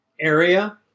area